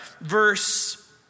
Verse